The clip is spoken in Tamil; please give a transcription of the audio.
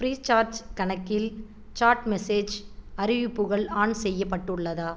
ஃப்ரீசார்ஜ் கணக்கில் சாட் மெசேஜ் அறிவிப்புகள் ஆன் செய்யப்பட்டுள்ளதா